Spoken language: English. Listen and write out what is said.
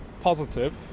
positive